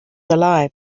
alive